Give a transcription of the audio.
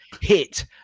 hit